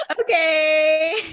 Okay